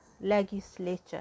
legislature